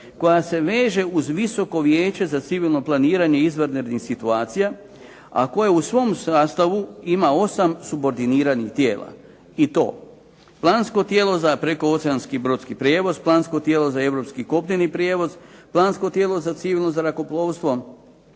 koja se veže uz visoko Vijeće za civilno planiranje izvanrednih situacija, a koje u svom sastavu ima 8 subordiniranih tijela. I to plansko tijelo za prekooceanski brodski prijevoz, plansko tijelo za europski kopneni prijevoz, plansko tijelo za civilno zrakoplovstvo,